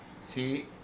See